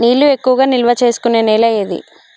నీళ్లు ఎక్కువగా నిల్వ చేసుకునే నేల ఏది?